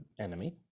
enemy